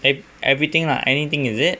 if everything lah anything is it